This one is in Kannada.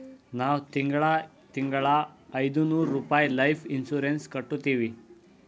ನಾವ್ ತಿಂಗಳಾ ತಿಂಗಳಾ ಐಯ್ದನೂರ್ ರುಪಾಯಿ ಲೈಫ್ ಇನ್ಸೂರೆನ್ಸ್ ಕಟ್ಟತ್ತಿವಿ